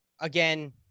again